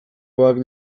probak